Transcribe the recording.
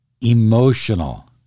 emotional